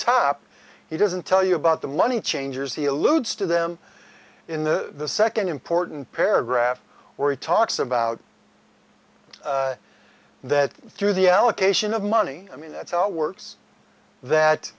top he doesn't tell you about the money changers he alludes to them in the second important paragraph where he talks about that through the allocation of money i mean that's how it works that